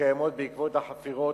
שקיימות בעקבות החפירות,